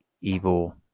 evil